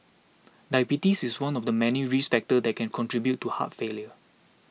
diabetes is one of the many risk factors that can contribute to heart failure